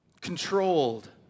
controlled